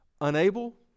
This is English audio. unable